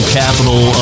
capital